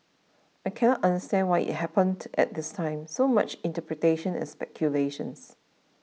I cannot understand why it happened at this time so much interpretation and speculation